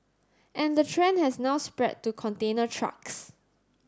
and the trend has now spread to container trucks